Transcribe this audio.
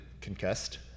concussed